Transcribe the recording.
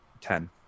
ten